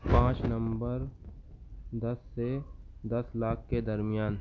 پانچ نمبر دس سے دس لاکھ کے درمیان